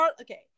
okay